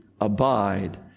abide